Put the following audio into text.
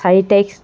চাৰি তাৰিখ